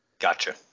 gotcha